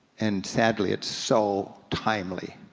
and sadly it's so timely,